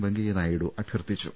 വെങ്കയ്യനായിഡു അഭ്യർത്ഥിച്ചു